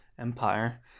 Empire